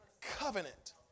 covenant